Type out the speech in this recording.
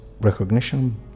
recognition